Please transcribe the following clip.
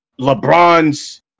LeBron's